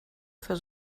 für